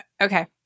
Okay